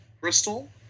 Crystal